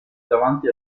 davanti